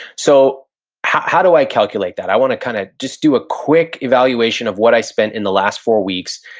so how how do i calculate that? i wanna kind of just do a quick evaluation of what i spent in the last four weeks,